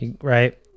right